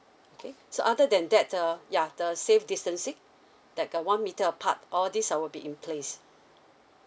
okay so other than that uh ya the safe distancing like a one meter apart all these uh will be in place